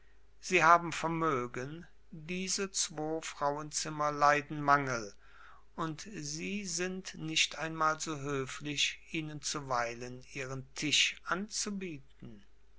sie haben vermögen diese zwo frauenzimmer leiden mangel und sie sind nicht einmal so höflich ihnen zuweilen ihren tisch anzubieten